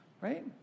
right